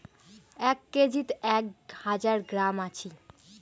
এক কেজিত এক হাজার গ্রাম আছি